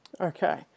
Okay